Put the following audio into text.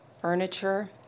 furniture